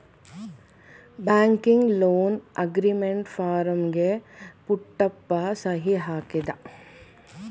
banking loan agreement ಫಾರಂಗೆ ಪುಟ್ಟಪ್ಪ ಸಹಿ ಹಾಕಿದ